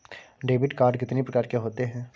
Debit card कितनी प्रकार के होते हैं?